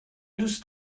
دوست